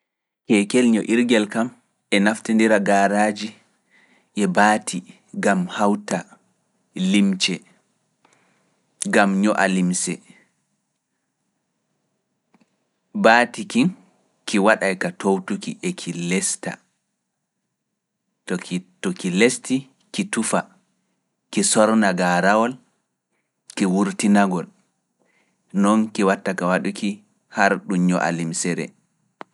Keekel ño'ir ngel kam e naftira e gaaraaji e baati gam hawta limce, gam ño’a limce. Baati kin, ki waɗay ka toowtuki e ki lesta, to ki lesti ki tufa, ki sorna gaarawol, ki wurtinagol, noon ki watta ka waɗuki har ɗum ño’a limcere.